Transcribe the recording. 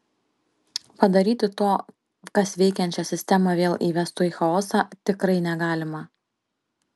padaryti to kas veikiančią sistemą vėl įvestų į chaosą tikrai negalima